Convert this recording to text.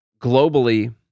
Globally